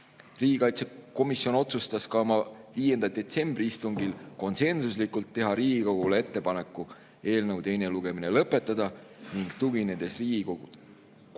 Riigikaitsekomisjon otsustas oma 5. detsembri istungil konsensuslikult, et teeme Riigikogule ettepaneku eelnõu teine lugemine lõpetada ning Riigikogu kodu‑